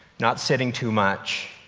not sitting too much,